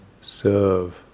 serve